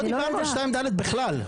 לא דיברנו על 2(ד) בכלל.